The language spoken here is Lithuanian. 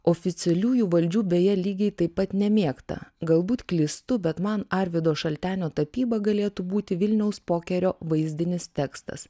oficialiųjų valdžių beje lygiai taip pat nemėgtą galbūt klystu bet man arvydo šaltenio tapyba galėtų būti vilniaus pokerio vaizdinis tekstas